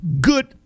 good